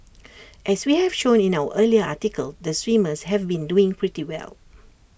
as we have shown in our earlier article the swimmers have been doing pretty well